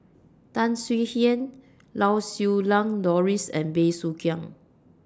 Tan Swie Hian Lau Siew Lang Doris and Bey Soo Khiang